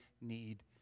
need